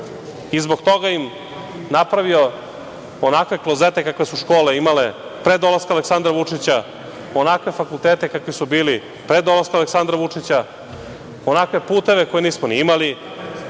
i zbog toga im napravio onakve klozete kakve su škole imale pre dolaska Aleksandra Vučića, onakve fakultete kakvi su bili pre dolaska Aleksandra Vučića, onakve puteve koje nismo ni imali,